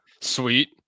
sweet